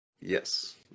yes